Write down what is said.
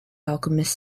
alchemist